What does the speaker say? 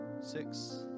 six